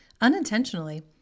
unintentionally